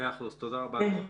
תודה רבה.